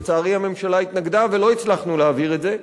לצערי הממשלה התנגדה ולא הצלחנו להעביר את זה,